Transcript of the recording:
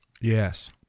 Yes